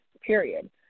period